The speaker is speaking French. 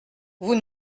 vous